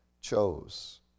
chose